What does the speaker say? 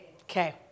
Okay